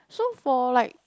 so for like